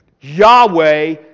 Yahweh